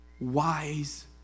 wise